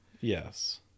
yes